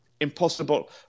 impossible